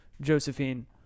Josephine